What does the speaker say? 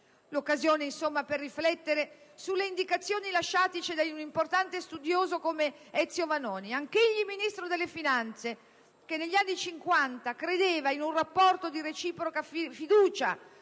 L'occasione, insomma, per riflettere sulle indicazioni lasciateci da un importante studioso come Ezio Vanoni, anch'egli Ministro delle finanze, che negli anni Cinquanta credeva in un rapporto di reciproca fiducia